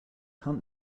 hunt